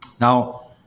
Now